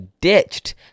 ditched